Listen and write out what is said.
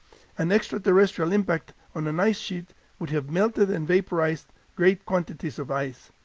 an extraterrestrial impact on an ice sheet would have melted and vaporized great quantities of ice.